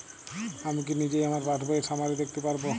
আমি কি নিজেই আমার পাসবইয়ের সামারি দেখতে পারব?